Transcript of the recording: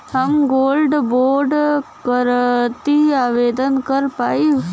हम gold bond करती आवेदन कर पाईब?